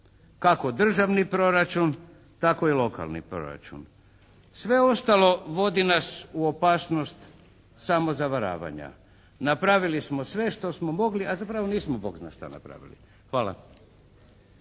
kako državni proračun tako i lokalni proračun. Sve ostalo vodi nas u opasnost samo zavaravanja. Napravili smo sve što smo mogli a zapravo nismo Bog zna šta napravili. Hvala.